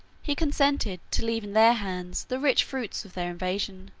he consented to leave in their hands the rich fruits of their invasion,